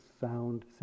sound